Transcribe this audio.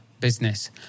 Business